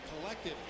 collective